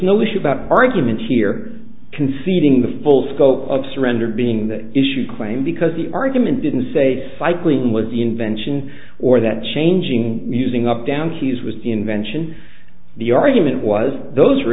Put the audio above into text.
no issue about arguments here conceding the full scope of surrendered being the issue claim because the argument didn't say cycling was the invention or that changing using up down keys was the invention the argument was those